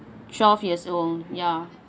twelve years old ya